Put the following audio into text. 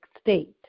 state